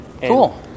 Cool